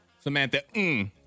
Samantha